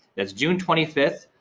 it's june twenty fifth,